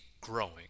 growing